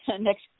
next